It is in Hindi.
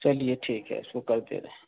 चलिए ठीक है इसको कर दे रहे हैं